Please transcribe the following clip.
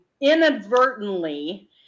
inadvertently